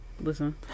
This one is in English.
Listen